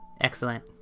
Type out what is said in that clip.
Excellent